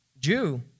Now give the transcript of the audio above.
Jew